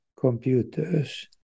computers